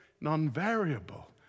non-variable